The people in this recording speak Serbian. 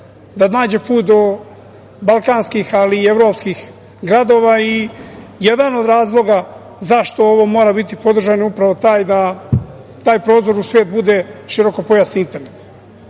da nađe put do balkanskih, ali i evropskih gradova. Jedan od razloga zašto ovo mora biti podržano je upravo taj da taj prozor u svet bude širokopojasni internet.U